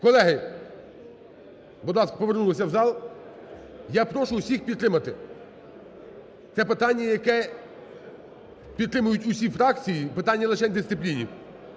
Колеги, будь ласка, повернулися в зал. Я прошу всіх підтримати. Це питання, яке підтримують усі фракції, питання лишень в дисципліні.